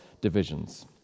divisions